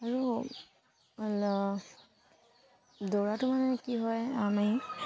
আৰু দৌৰাটো মানে কি হয় আমি